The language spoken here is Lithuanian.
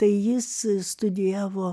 tai jis studijavo